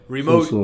Remote